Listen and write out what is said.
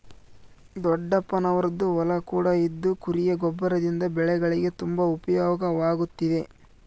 ದೊಡ್ಡಪ್ಪನವರದ್ದು ಹೊಲ ಕೂಡ ಇದ್ದು ಕುರಿಯ ಗೊಬ್ಬರದಿಂದ ಬೆಳೆಗಳಿಗೆ ತುಂಬಾ ಉಪಯೋಗವಾಗುತ್ತಿದೆ